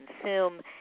consume